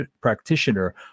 practitioner